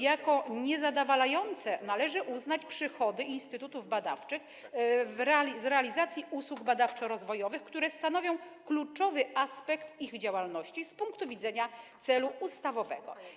Jako niezadowalające należy uznać przychody instytutów badawczych z realizacji usług badawczo-rozwojowych, które stanowią kluczowy aspekt ich działalności z punktu widzenia celu ustawowego.